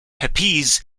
pepys